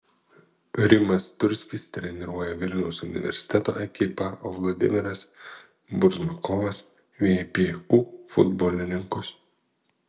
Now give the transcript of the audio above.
rimas turskis treniruoja vilniaus universiteto ekipą o vladimiras buzmakovas vpu futbolininkus